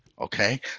Okay